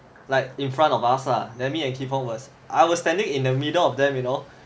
like in front of us lah let me and kee fong was I was standing in the middle of them you know